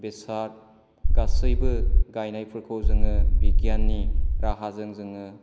बेसाद गासैबो गायनायफोरखौ जोङो बिगियाननि राहाजों जोङो